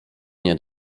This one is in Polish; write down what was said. nie